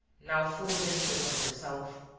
now fully mistress of herself,